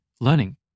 Learning